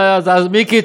מיקי,